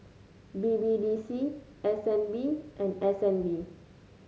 B B D C S N B and S N B